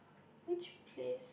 would you please